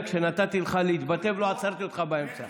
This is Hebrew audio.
כשנתתי לך להתבטא ולא עצרתי אותך באמצע.